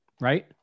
right